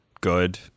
good